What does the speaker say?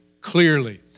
clearly